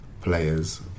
players